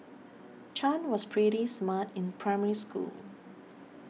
Chan was pretty smart in Primary School